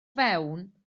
fewn